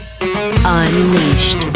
Unleashed